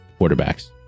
quarterbacks